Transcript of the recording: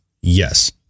Yes